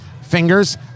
Fingers